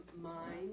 mind